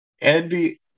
Andy